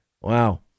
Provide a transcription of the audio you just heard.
Wow